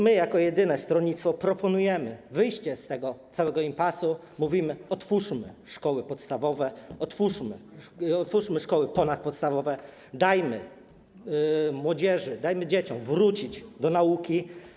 My, jako jedyne stronnictwo, proponujemy wyjście z tego całego impasu, mówimy: otwórzmy szkoły podstawowe, otwórzmy szkoły ponadpodstawowe, dajmy młodzieży, dajmy dzieciom wrócić do nauki.